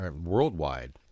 worldwide